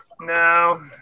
No